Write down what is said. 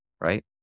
right